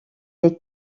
est